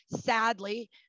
Sadly